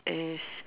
is